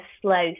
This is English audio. slow